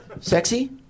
Sexy